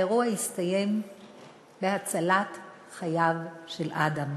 האירוע הסתיים בהצלת חייו של אדם.